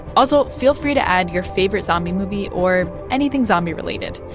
also, feel free to add your favorite zombie movie or anything zombie-related.